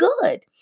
good